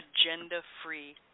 agenda-free